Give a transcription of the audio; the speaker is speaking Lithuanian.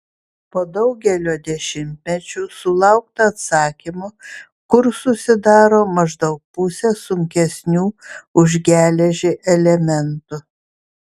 po daugelio dešimtmečių sulaukta atsakymo kur susidaro maždaug pusė sunkesnių už geležį elementų